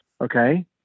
Okay